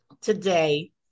today